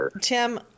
Tim